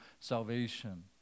salvation